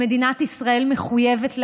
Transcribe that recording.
שמדינת ישראל מחויבת להם.